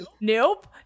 nope